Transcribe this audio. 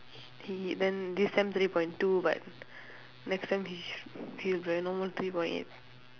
he he then this time three point two but next time he sh~ he will be like normal three point eight